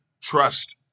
trust